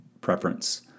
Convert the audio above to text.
preference